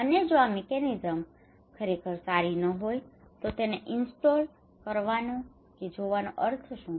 અને જો આ મિકેનિઝમ ખરેખર સારી ન હોય તો તેને ઇન્સ્ટોલ install સ્થાપિત કરવું કરવાનો કે જોવાનો અર્થ શું